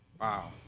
Wow